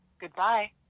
Goodbye